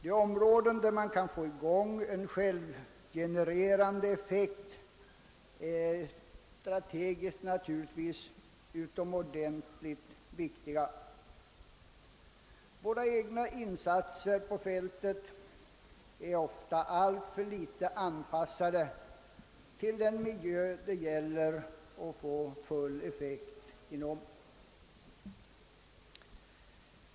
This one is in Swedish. Detta är områden där man kan få till stånd en självgenererande effekt, strategiskt naturligtvis utomordentligt viktiga. Våra egna insatser på fältet är ofta alltför litet anpassade till den miljö det gäller att få full effekt inom.